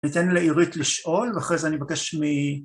ניתן לעירית לשאול ואחרי זה אני אבקש מ...